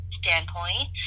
standpoint